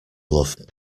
love